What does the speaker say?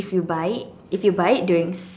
if you buy it if you buy it during